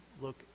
look